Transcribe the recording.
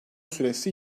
süresi